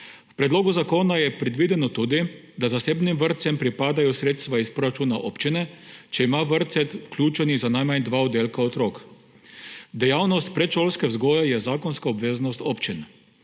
V predlogu zakona je predvideno tudi, da zasebnim vrtcem pripadajo sredstva iz proračuna občine, če ima v vrtec vključenih za najmanj dva oddelka otrok. Dejavnost predšolske vzgoje je zakonska obveznost občin.